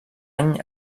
any